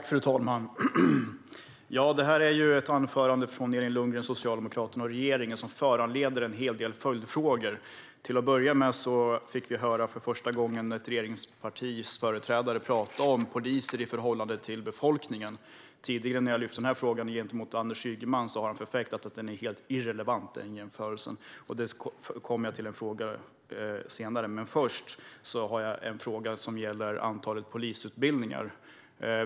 Fru talman! Anförandet från Elin Lundgren, Socialdemokraterna och regeringen föranleder en hel del följdfrågor. Till att börja med fick vi för första gången höra ett regeringspartis företrädare tala om poliser i förhållande till befolkningen. När jag tidigare har tagit upp den frågan med Anders Ygeman har han förfäktat att den jämförelsen är helt irrelevant. Där kommer jag till en fråga senare. Men först har jag en fråga som gäller antalet polisutbildningsplatser.